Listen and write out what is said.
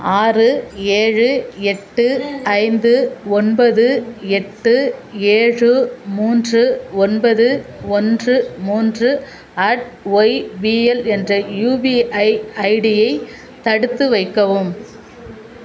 ஆறு ஏழு எட்டு ஐந்து ஒன்பது எட்டு ஏழு மூன்று ஒன்பது ஒன்று மூன்று அட் ஒய்பிஎல் என்ற யுபிஐ ஐடியை தடுத்து வைக்கவும்